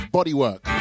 Bodywork